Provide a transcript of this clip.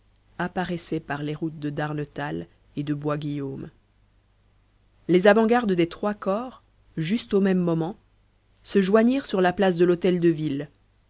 apparaissaient par les routes de darnetal et de boisguillaume les avant-gardes des trois corps juste au même moment se joignirent sur la place de l'hôtel-de-ville et